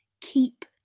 keep